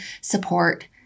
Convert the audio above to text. support